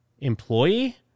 employee